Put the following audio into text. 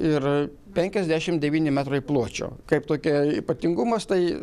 ir penkiasdešim devyni metrai pločio kaip tokia ypatingumas tai